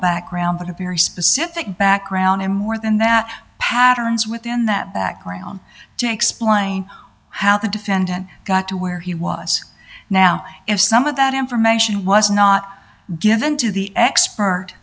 background but a very specific background and more than that patterns within that background to explain how the defendant got to where he was now if some of that information was not given to the expert